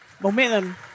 momentum